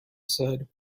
said